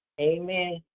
Amen